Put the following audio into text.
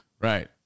right